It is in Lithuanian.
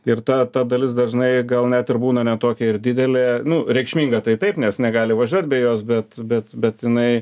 ir ta ta dalis dažnai gal net ir būna ne tokia ir didelė nu reikšminga tai taip nes negali važiuot be jos bet bet bet jinai